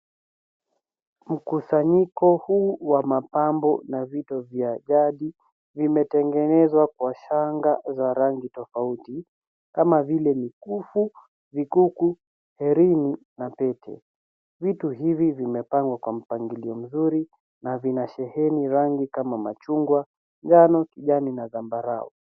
Mkusanyiko huu wa mapambo na vito vya jadi vimetengenezwa kwa shanga za rangi tofauti kama vile mikufu , vikuku , hereni na pete. Vitu hivi vimepangwa kwa mpangilio mzuri na vinasheheni rangi kama machungwa, njano , kijani na zambarau.